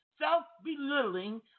self-belittling